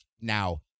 Now